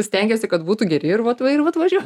stengiesi kad būtų geri ir vat va ir vat važiuok